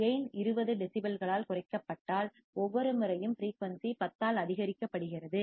கேயின் 20 டெசிபல்களால் குறைக்கப்பட்டால் ஒவ்வொரு முறையும் ஃபிரீயூன்சி 10 ஆல் அதிகரிக்கப்படுகிறது